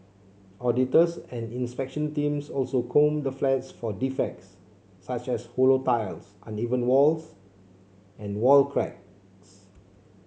auditors and inspection teams also comb the flats for defects such as hollow tiles uneven walls and wall cracks